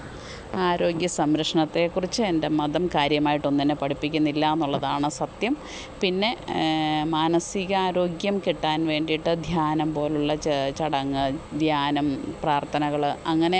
ആരോഗ്യസംരക്ഷണത്തെക്കുറിച്ച് എന്റെ മതം കാര്യമായിട്ടൊന്നും തന്നെ പഠിപ്പിക്കുന്നില്ല എന്നുള്ളതാണ് സത്യം പിന്നെ മാനസികാരോഗ്യം കിട്ടാന് വേണ്ടിയിട്ട് ധ്യാനം പോലുള്ള ചടങ്ങ് ധ്യാനം പ്രാര്ത്ഥനകള് അങ്ങനെ